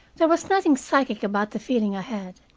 there was nothing psychic about the feeling i had.